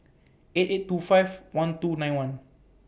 eight eight two five one two nine one